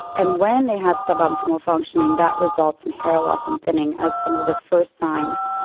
and when they have sub-optimal functioning that results in hair loss and thinning as some of the first signs,